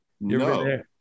No